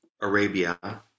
Arabia